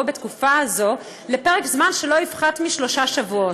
בתקופה זו לפרק זמן שלא יפחת משלושה שבועות,